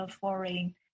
foreign